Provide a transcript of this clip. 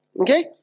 Okay